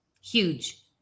Huge